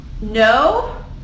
no